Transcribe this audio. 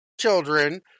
children